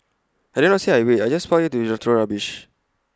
I did not say I wait I just park here to throw rubbish